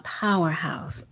powerhouse